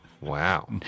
wow